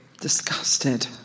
Disgusted